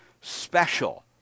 special